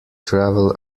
travel